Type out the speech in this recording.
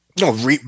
No